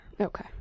okay